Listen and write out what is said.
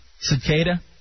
Cicada